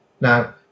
now